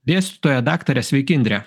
dėstytoja daktare sveiki indre